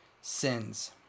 sins